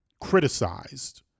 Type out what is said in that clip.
criticized